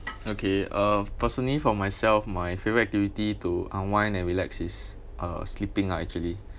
okay uh personally for myself my favorite activity to unwind and relax is uh sleeping ah actually